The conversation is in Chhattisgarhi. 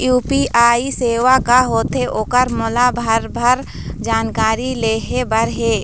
यू.पी.आई सेवा का होथे ओकर मोला भरभर जानकारी लेहे बर हे?